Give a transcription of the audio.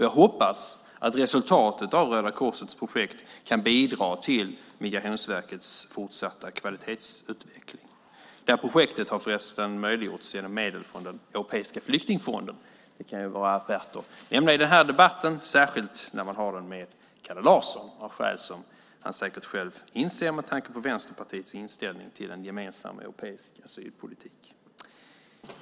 Jag hoppas att resultatet av Röda Korsets projekt kan bidra till Migrationsverkets fortsatta kvalitetsutveckling. Det här projektet har förresten möjliggjorts genom medel från Europeiska flyktingfonden. Det kan vara värt att nämna i den här debatten, särskilt när man har den med Kalle Larsson, av skäl som han själv säkert inser med tanke på Vänsterpartiets inställning till en gemensam europeisk asylpolitik.